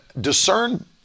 discern